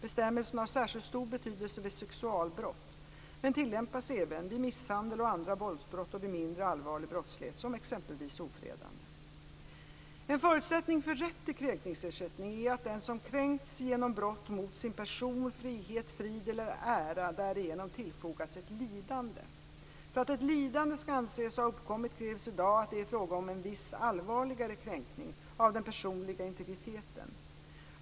Bestämmelsen har särskilt stor betydelse vid sexualbrott men tillämpas även vid misshandel och andra våldsbrott och vid mindre allvarlig brottslighet, som exempelvis ofredande. En förutsättning för rätt till kränkningsersättning är att den som kränkts genom brott mot sin person, frihet, frid eller ära därigenom tillfogats ett lidande. För att ett lidande skall anses ha uppkommit krävs i dag att det är fråga om en viss allvarligare kränkning av den personliga integriteten.